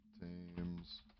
teams